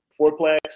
fourplex